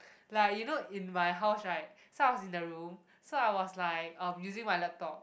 like you know in my house right so I was in the room so I was like um using my laptop